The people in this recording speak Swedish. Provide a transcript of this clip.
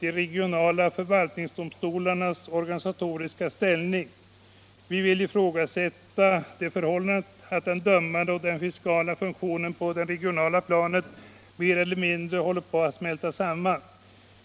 de regionala förvaltningsdomstolarnas organisatoriska ställning. Vi vill ifrågasätta det förhållandet att den dömande och den fiskala funktionen på det regionala planet mer eller mindre håller på att smälta samman.